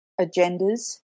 agendas